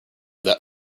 that